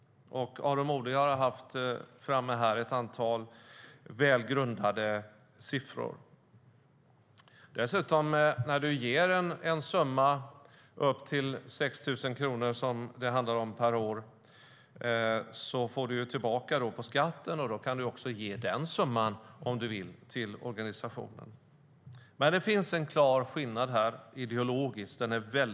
Aron Modig tog upp ett antal väl grundade siffror. När du ger en summa på upp till 6 000 kronor, som det handlar om, per år får du tillbaka på skatten. Då kan du också ge den summan, om du vill, till organisationen. Men det finns en klar ideologisk skillnad här.